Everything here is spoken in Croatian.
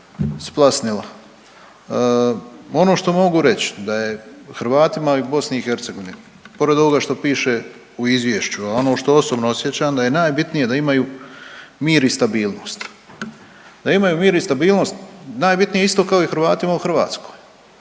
Ono što mogu reć da je Hrvatima u BiH pored ovoga što piše u izvješću, a ono što osobno osjećam da je najbitnije da imaju mir i stabilnost, da imaju mir i stabilnost najbitnije isto kao i Hrvatima u Hrvatskoj.